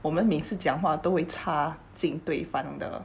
我们每次讲话都岔进对方的